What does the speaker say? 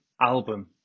album